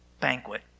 banquet